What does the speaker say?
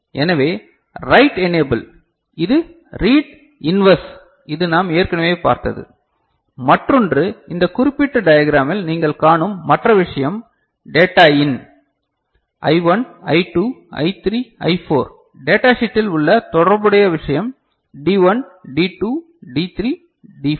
எனவே write enable இது read inverse இது நாம் ஏற்கனவே பார்த்தது மற்றொன்று இந்த குறிப்பிட்ட டியாக்ராமில் நீங்கள் காணும் மற்ற விஷயம் டேட்டா இன் I1 I2 I3 I4 data ஷீட்டில் உள்ள தொடர்புடைய விஷயம் D1 டி 2 டி 3 டி 4